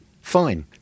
fine